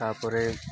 ତା'ପରେ